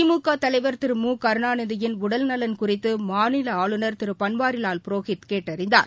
திமுக தலைவர் திரு மு கருணாநிதியின் உடல்நலன் குறித்துமாநிலஆளுநர் திருபன்வாரிலால் புரோஹித் கேட்டறிந்தார்